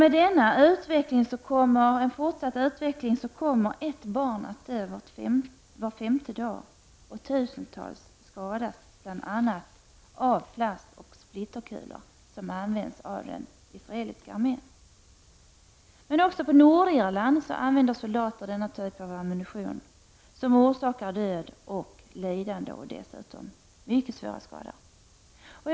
Med denna utveckling kommer ett barn att dö var femte dag och tusentals skadas av bl.a. de plastoch splitterkulor som används av den israeliska armén. Också på Nordirland använder soldater denna typ av ammunition, som orsakar död och lidande och dessutom ger mycket svåra skador.